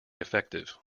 effective